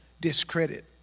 discredit